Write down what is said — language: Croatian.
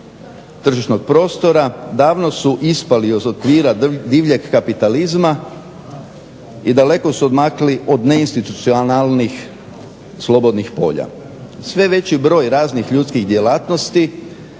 tržišnog prostora davno su ispali iz okvira divljeg kapitalizma i daleko su odmakli od neinstitucionalnih slobodnih polja. Sve veći broj raznih ljudskih djelatnosti